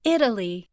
Italy